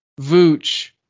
Vooch